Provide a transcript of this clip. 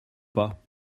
pas